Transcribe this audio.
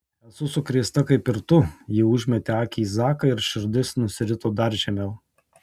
esu sukrėsta kaip ir tu ji užmetė akį į zaką ir širdis nusirito dar žemiau